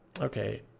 Okay